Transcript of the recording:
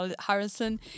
harrison